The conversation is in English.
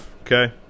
Okay